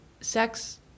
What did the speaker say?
sex